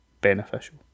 beneficial